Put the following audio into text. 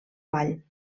vall